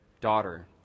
Daughter